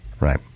Right